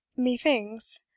Methinks